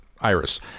Iris